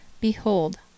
Behold